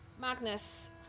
Magnus